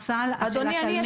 אדוני,